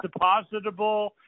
depositable